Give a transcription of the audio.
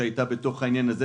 שהייתה בתוך העניין הזה.